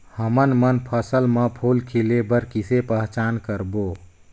हमन मन फसल म फूल खिले बर किसे पहचान करबो?